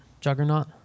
Juggernaut